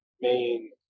main